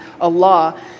Allah